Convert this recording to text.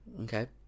Okay